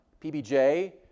PBJ